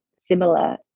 similar